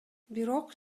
бирок